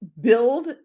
build